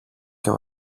και